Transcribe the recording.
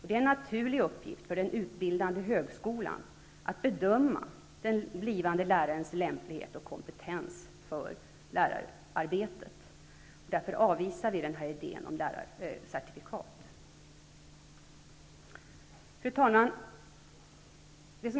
Det är en naturlig uppgift för den utbildande högskolan att bedöma den blivande lärarens lämplighet och kompetens för lärararbetet. Därför avvisar vi idén om lärarcertifikat. Fru talman!